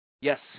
yes